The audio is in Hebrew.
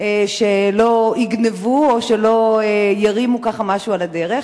שלא יגנבו או שלא ירימו משהו על הדרך,